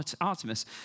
Artemis